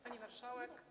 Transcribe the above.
Pani Marszałek!